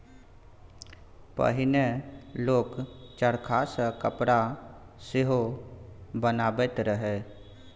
पहिने लोक चरखा सँ कपड़ा सेहो बनाबैत रहय